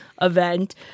Event